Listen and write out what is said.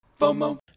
FOMO